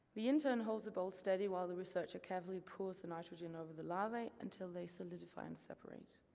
the intern holds the bowl steady while the researcher carefully pours the nitrogen over the larvae until they solidify and separate.